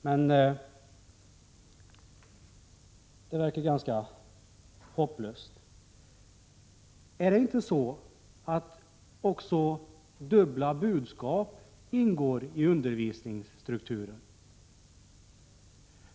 Men det verkar ganska hopplöst. Är det inte så att också dubbla budskap ingår i undervisningsstrukturen?